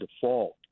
default